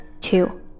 two